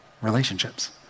relationships